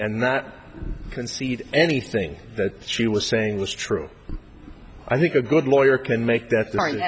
and not concede anything that she was saying was true i think a good lawyer can make that